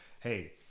Hey